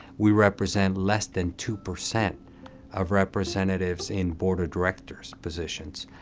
we represent less than two percent of representatives in board of directors positions.